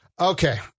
Okay